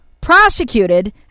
prosecuted